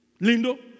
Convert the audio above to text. Lindo